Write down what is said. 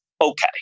okay